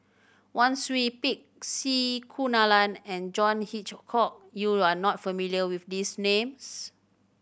Wang Sui Pick C Kunalan and John Hitchcock you are not familiar with these names